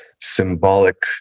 symbolic